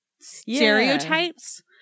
stereotypes